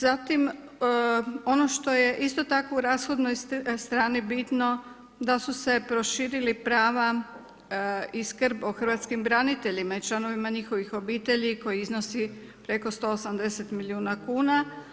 Zatim, ono što je isto tako u rashodnoj strani bitno, da su se proširili prava i skrb o hrvatskim braniteljima i članovima njihove obitelji koji iznosi preko 180 milijuna kuna.